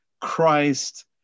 Christ